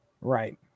Right